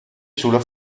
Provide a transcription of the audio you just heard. sulla